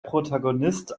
protagonist